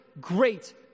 great